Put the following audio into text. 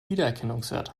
wiedererkennungswert